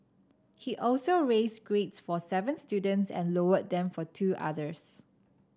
he also raised grades for seven students and lowered them for two others